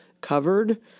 covered